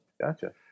Gotcha